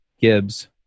Gibbs